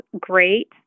great